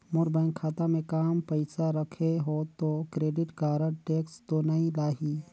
मोर bank खाता मे काम पइसा रखे हो तो क्रेडिट कारड टेक्स तो नइ लाही???